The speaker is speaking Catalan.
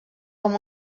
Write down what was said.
com